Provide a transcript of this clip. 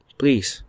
please